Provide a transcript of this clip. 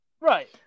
Right